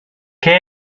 què